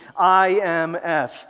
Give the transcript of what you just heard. IMF